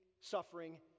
suffering